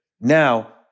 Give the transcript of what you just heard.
Now